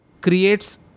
creates